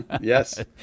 Yes